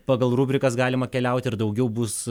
pagal rubrikas galima keliauti ir daugiau bus